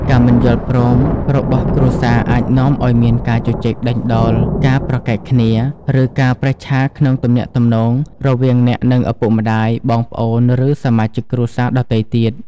ការមិនយល់ព្រមរបស់គ្រួសារអាចនាំឲ្យមានការជជែកដេញដោល ការប្រកែកគ្នា ឬការប្រេះឆាក្នុងទំនាក់ទំនងរវាងអ្នក និងឪពុកម្តាយ បងប្អូន ឬសមាជិកគ្រួសារដទៃទៀត។